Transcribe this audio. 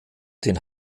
den